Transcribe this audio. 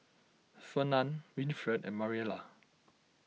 Fernand Winfred and Mariela